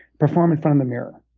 perform in front of the mirror.